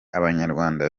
abanyarwanda